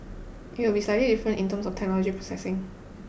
it would be slightly different in terms of technology processing